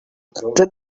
that